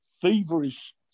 feverish